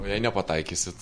o jei nepataikysit